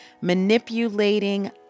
manipulating